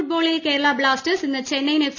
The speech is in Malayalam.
ഫുട്ബോളിൽ കേരള ബ്ലാസ്റ്റേഴ്സ് ഇന്ന് ചെന്നൈയിൻ എഫ്